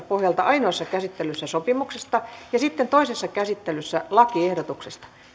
pohjalta ainoassa käsittelyssä sopimuksesta ja sitten toisessa käsittelyssä lakiehdotuksesta